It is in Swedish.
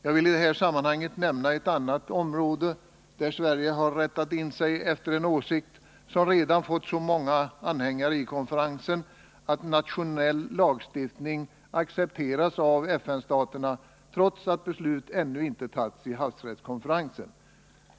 Jag vill i det här sammanhanget nämna ett annat område där Sverige har rättat in sig efter en åsikt som redan fått så många anhängare i konferensen att nationell lagstiftning accepteras av FN-staterna, trots att beslut ännu inte fattats i havsrättskonferensen.